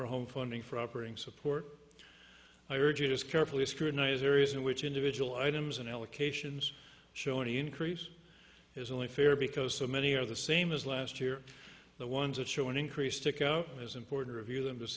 for home funding for operating support i urge you just carefully scrutinize areas in which individual items and allocations shown any increase is only fair because so many are the same as last year the ones that show an increase stick out as important review them to